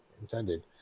intended